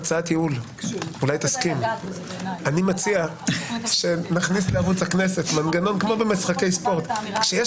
אני מציע שנכניס לערוץ הכנסת מנגנון כמו במשחקי הספורט: כשיש